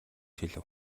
хэлэв